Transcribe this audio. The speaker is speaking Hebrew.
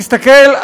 תסתכל,